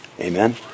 Amen